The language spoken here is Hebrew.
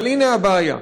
אבל הנה הבעיה,